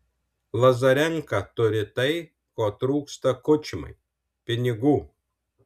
lazarenka turi tai ko trūksta kučmai pinigų